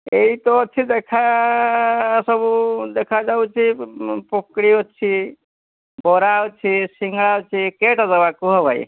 ଏଇତ ଅଛି ଦେଖା ସବୁ ଦେଖା ଯାଉଛି ପକୁଡ଼ି ଅଛି ବରା ଅଛି ସିଙ୍ଗଡ଼ା ଅଛି କେଇଟା ଦେବା କୁହ ଭାଇ